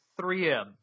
3M